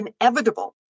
inevitable